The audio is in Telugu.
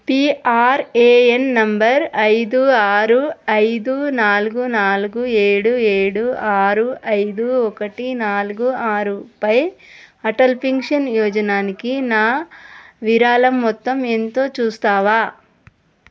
పిఆర్ఏఎన్ నంబర్ ఐదు ఆరు ఐదు నాలుగు నాలుగు ఏడు ఏడు ఆరు ఐదు ఒకటి నాలుగు ఆరు పై అటల్ పెన్షన్ యోజనాకి నా విరాళం మొత్తం ఎంతో చూస్తావా